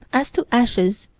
as to ashes,